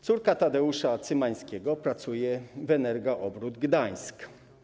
Córka Tadeusza Cymańskiego pracuje w Energa Obrót Gdańsk.